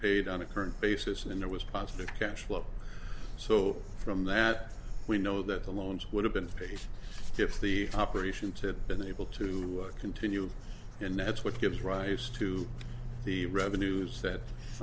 paid on a current basis and there was positive cash flow so from that we know that the loans would have been paid if the operations had been able to continue and that's what gives rise to the revenues that